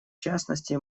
частности